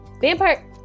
Vampire